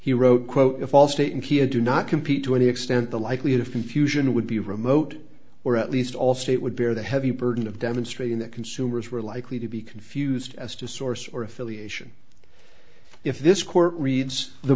he wrote quote a false statement he had do not compete to any extent the likelihood of confusion would be remote or at least all state would bear the heavy burden of demonstrating that consumers were likely to be confused as to source or affiliation if this court reads the